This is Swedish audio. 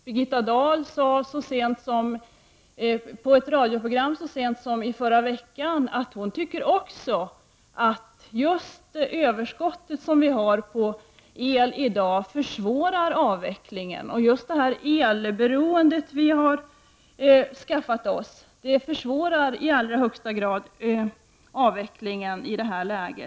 Birgitta Dahl sade i ett radioprogram så sent som i förra veckan att hon också tycker att just överskottet på el, som vi har i dag, försvårar avvecklingen. Det elberoende som vi har skaffat oss försvårar i allra högsta grad avvecklingen i detta läge.